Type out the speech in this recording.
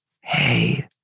Hey